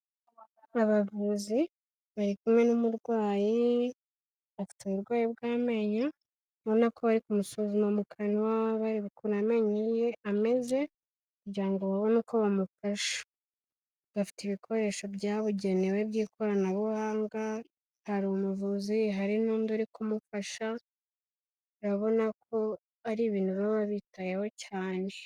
Abavuzi, bari kumwe n'umurwayi, afite uburwayi bw'amenyo, urabona ko bari kumusuzuma mu kanwa, bareba ukuntu amenyo ye ameze, kugira ngo babone uko bamufasha. Bafite ibikoresho byabugenewe by'ikoranabuhanga. Hari umuvuzi, hari n'undi uri kumufasha. Urabona ko ari ibintu baba bitayeho cyane.